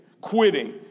quitting